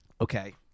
Okay